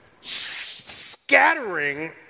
scattering